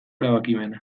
erabakimena